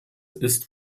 ist